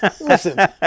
Listen